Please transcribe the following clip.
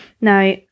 Now